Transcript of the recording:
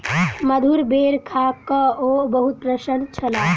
मधुर बेर खा कअ ओ बहुत प्रसन्न छलाह